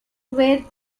were